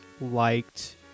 liked